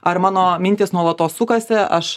ar mano mintys nuolatos sukasi aš